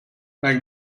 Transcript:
mein